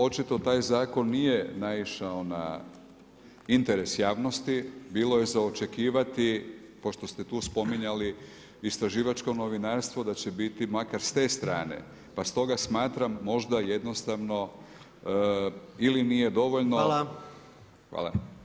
Očito taj Zakon nije naišao na interes javnosti, bilo je za očekivati, pošto ste tu spominjali istraživačko novinarstvo da će biti makar s te strane, pa stoga smatram možda jednostavno ili nije dovoljno [[Upadica predsjednik: Hvala.]] Hvala.